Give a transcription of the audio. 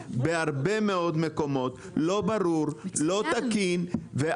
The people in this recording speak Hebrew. תל-אביב לא ברור ולא תקין.